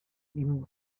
ihm